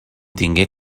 tingué